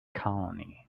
colony